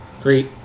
three